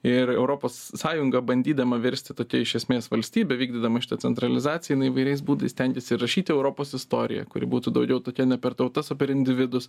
ir europos sąjunga bandydama virsti tokia iš esmės valstybe vykdydama šitą centralizaciją jinai įvairiais būdais stengiasi rašyti europos istoriją kuri būtų daugiau tokia ne per tautas o per individus